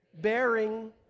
bearing